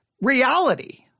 reality